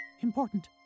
important